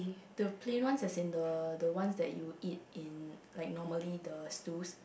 the plain ones as in the the ones that you eat in like normally the stews